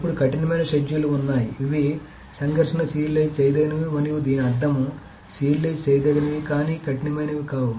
అప్పుడు కఠినమైన షెడ్యూల్లు ఉన్నాయి అవి సంఘర్షణ సీరియలైజ్ చేయదగినవి మరియు దీని అర్థం సీరియలైజ్ చేయదగినవి కానీ కఠినమైనవి కావు